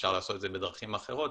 אפשר לעשות את זה בדרכים אחרות,